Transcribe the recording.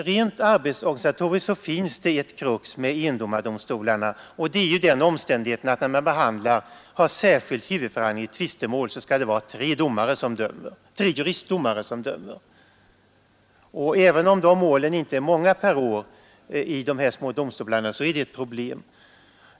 Rent arbetsorganisatoriskt finns det ett krux med endomaredomstolarna, nämligen den omständigheten att det vid särskild huvudförhandling i tvistemål skall vara tre juristdomare som dömer. Även om dessa mål inte är så många per år vid dessa små domstolar, är detta ett problem.